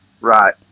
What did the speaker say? Right